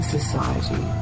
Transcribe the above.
Society